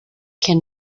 can